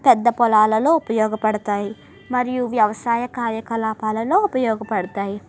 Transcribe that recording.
పెద్ద పొలాలలో ఉపయోగపడతాయి మరియు వ్యవసాయ కార్యకలాపాలలో ఉపయోగపడుతాయి